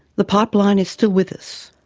the pipeline is still with us.